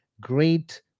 great